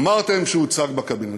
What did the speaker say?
אמרתם שהוצג בקבינט,